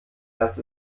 dass